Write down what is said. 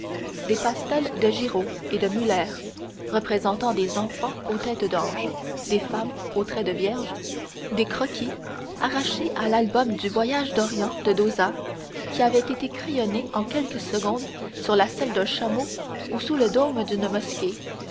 des pastels de giraud et de muller représentant des enfants aux têtes d'ange des femmes aux traits de vierge des croquis arrachés à l'album du voyage d'orient de dauzats qui avaient été crayonnés en quelques secondes sur la selle d'un chameau ou sous le dôme d'une mosquée